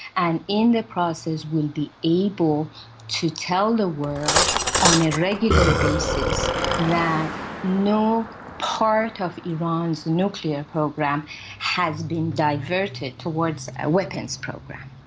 and in the process will be able to tell the world on a regular basis that no part of iran's nuclear program has been diverted towards a weapons program.